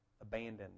Abandoned